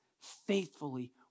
faithfully